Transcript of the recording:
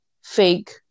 fake